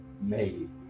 made